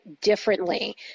differently